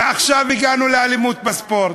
ועכשיו הגענו לאלימות בספורט.